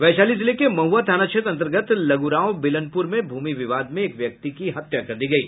वैशाली जिले के महुआ थाना क्षेत्र अन्तर्गत लगुरांव बिलनपुर में भूमि विवाद में एक व्यक्ति की हत्या कर दी गयी